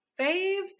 faves